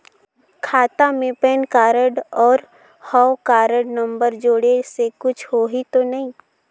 खाता मे PAN card और हव कारड नंबर जोड़े से कुछ होही तो नइ?